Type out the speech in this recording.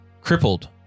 crippled